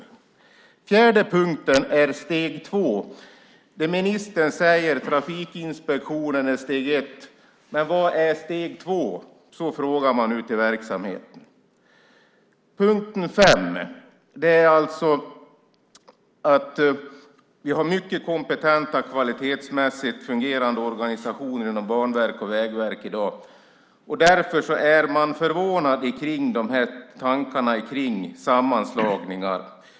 Den fjärde punkten är steg 2. Ministern säger att Trafikinspektionen är steg 1, men vad är steg 2? Så frågar man ute i verksamheten. Den femte punkten är att vi har kvalitetsmässigt kompetenta och fungerande organisationer inom Banverket och Vägverket i dag. Därför är man förvånad över tankarna kring sammanslagningar.